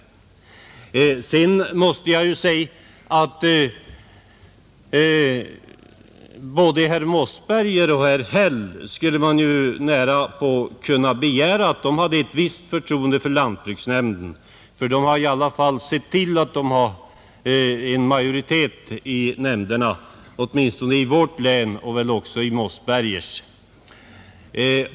Sedan måste jag ju säga att av både herr Mossberger och herr Häll skulle man närapå kunna begära att de hade ett visst förtroende för lantbruksnämnden, för de har i alla fall sett till att de har en majoritet i nämnden, åtminstone i mitt län och väl också i herr Mossbergers.